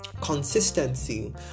consistency